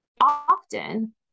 Often